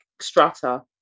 strata